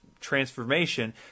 transformation